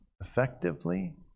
effectively